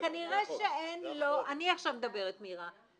--- אני מדברת עכשיו, מירה.